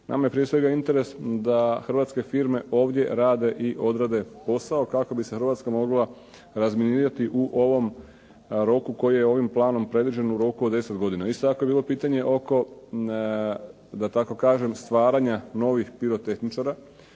nama je prije svega interes da hrvatske firme ovdje rade i odrade posao kako bi se Hrvatska mogla razminirati u ovom roku koji je ovim planom predviđen u roku od 10 godina. Isto tako je bilo pitanje oko, da tako kažem stvaranja novih pirotehničara,